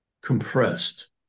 compressed